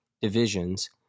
divisions